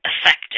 effective